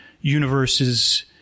universes